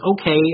okay